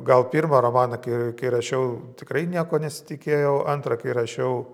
gal pirmą romaną kai kai rašiau tikrai nieko nesitikėjau antrą kai rašiau